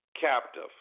captive